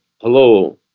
hello